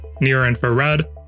near-infrared